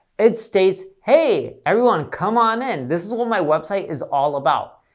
it states hey, everyone come on in, this is what my website is all about.